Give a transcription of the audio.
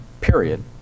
period